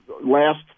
last